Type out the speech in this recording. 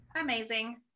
amazing